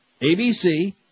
ABC